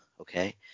okay